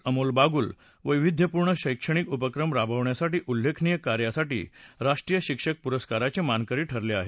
अमोल बागुल वैविध्यपूर्ण शैक्षणिक उपक्रम राबवण्यासह उल्लेखनीय कार्यासाठी राष्ट्रीय शिक्षक पुरस्काराचे मानकरी ठरले आहेत